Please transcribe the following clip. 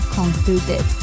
concluded